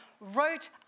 wrote